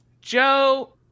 Joe